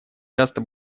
часто